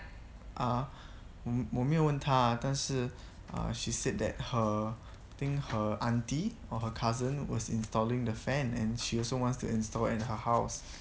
ah mm 我我没有问他但是 err she said that her think her aunty or her cousin was installing the fan and she also wants to install in her house